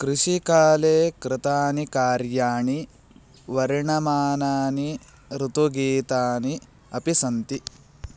कृषिकाले कृतानि कार्याणि वर्णमानानि ऋतुगीतानि अपि सन्ति